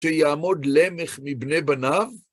שיעמוד למך מבני בניו,